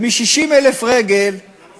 ומ-60,000 רגל, לא רואים כלום.